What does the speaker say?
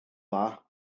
dda